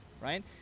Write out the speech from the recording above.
right